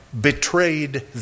betrayed